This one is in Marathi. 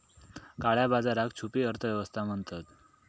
काळया बाजाराक छुपी अर्थ व्यवस्था म्हणतत